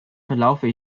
verlaufe